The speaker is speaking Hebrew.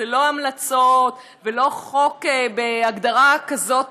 זה לא המלצות ולא חוק בהגדרה כזאת,